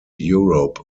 europe